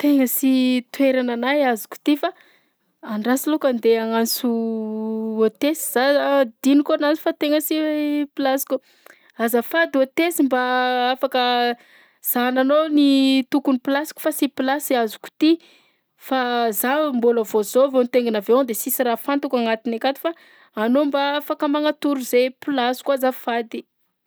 Tena sy toerananahy azoko ty fa andraso lokany ndeha agnanso hôtesse za adiniko anazy fa tegna sy plasiko. Azafady hôtesse mba afaka zahananao ny tokony plasiko fa sy plasy azoko ty? Fa zaho mbôla vao zao vao nitaingina avion de sisy raha fantako agnatiny akato fa anao mba afaka magnatoro zay plasiko azafady.